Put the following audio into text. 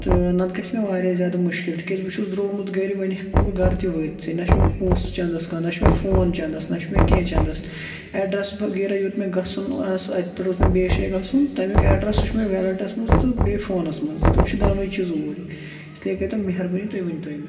تہٕ نَہ تہٕ گژھہِ مےٚ واریاہ زیادٕ مشکل تِکیٛازِ بہٕ چھُس درٛومُت گھرِ وۄنۍ ہیٚکہٕ نہٕ بہٕ گھرٕ تہِ وٲتِتھٕے نَہ چھُ مےٚ پونٛسہٕ چَنٛدَس کانٛہہ نَہ چھُ مےٚ فون چَنٛدَس نَہ چھُ مےٚ کیٚنٛہہ چَنٛدَس ایٚڈرَس وغیرہ یوٚت مےٚ گژھُن اوس اَتہِ پٮ۪ٹھ اوس مےٚ بیٚیِس شایہِ گژھُن تمیٛک ایٚڈرَس سُہ چھُ مےٚ ویٚلَٹَس منٛز تہٕ بیٚیہِ فونَس منٛز تِم چھِ دۄنؤے چیٖز اوٗرۍ اس لیے کٔرۍ تَو مہربٲنۍ تُہۍ ؤنۍ تَو أمِس